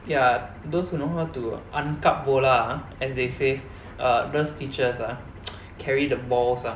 ya those who know how to angkat bola ah as they say err those teachers ah carry the balls ah